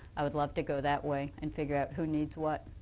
i would love to go that way and figure out who needs what.